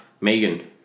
Megan